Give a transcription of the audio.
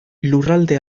lurralde